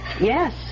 yes